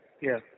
yes